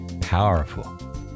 powerful